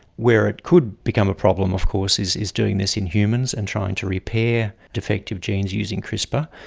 where it could become a problem of course is is doing this in humans and trying to repair defective genes using crispr.